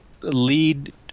lead